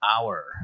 Hour